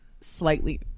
slightly